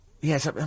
yes